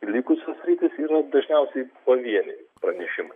likusios sritys yra dažniausiai pavieniai pranešimai